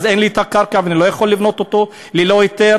אז אין לי את הקרקע ואני לא יכול לבנות אותו ללא היתר.